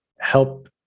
help